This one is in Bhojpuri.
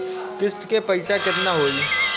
किस्त के पईसा केतना होई?